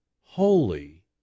Holy